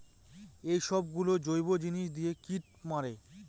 এইসব গুলো জৈব জিনিস দিয়ে কীট মারে